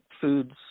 foods